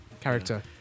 character